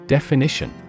Definition